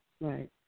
Right